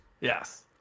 Yes